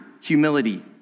humility